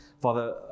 Father